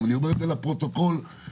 קודם כול אני רוצה לענות לחברי בצלאל,